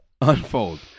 unfold